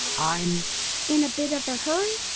i'm in a bit of hurry?